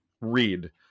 read